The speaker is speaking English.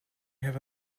have